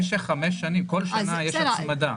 במשך חמש שנים, בכל שנה יש הצמדה.